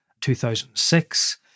2006